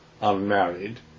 unmarried